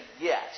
yes